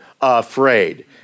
afraid